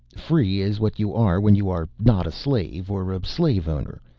free is what you are when you are not a slave, or a slave owner,